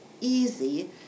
easy